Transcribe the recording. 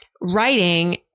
writing